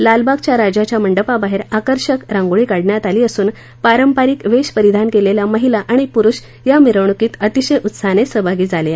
लालबागचा राजाच्या मंडपाबाहेर आकर्षक रांगोळी काढण्यात आली असून पारंपारिक वेष परिधान केलेल्या महिला आणि पुरूष या मिरवणूकीत अतिशय उत्साहाने सहभागी झाले आहेत